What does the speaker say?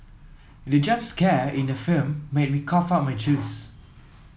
the jump scare in the film made me cough out my juice